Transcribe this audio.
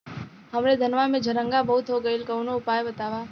हमरे धनवा में झंरगा बहुत हो गईलह कवनो उपाय बतावा?